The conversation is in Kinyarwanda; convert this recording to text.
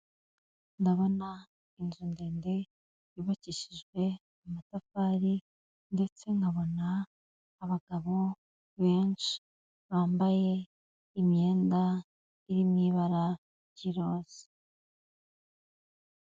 Ndabona inzu ndende yubakishijwe amatafari, ndetse nkabona abagabo benshi bambaye imyenda, irimo ibara ry'iroza.